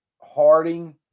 Harding